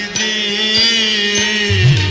a